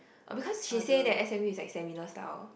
oh because she say that s_m_u is like seminar style